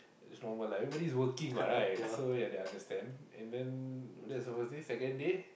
it's normal lah everybody is working what right so ya they understand and then that's the first day second day